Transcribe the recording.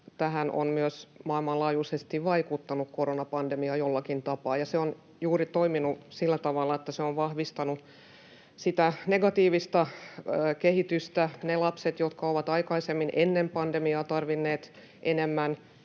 tähän on myös maailmanlaajuisesti vaikuttanut koronapandemia jollakin tapaa, ja se on toiminut juuri sillä tavalla, että se on vahvistanut sitä negatiivista kehitystä. Ne lapset, jotka ovat aikaisemmin, ennen pandemiaa, tarvinneet enemmän